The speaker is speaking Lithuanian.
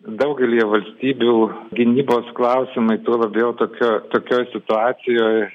daugelyje valstybių gynybos klausimai tuo labiau tokio tokioj situacijoj